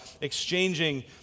exchanging